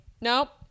nope